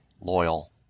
loyal